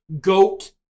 GOAT